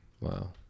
Wow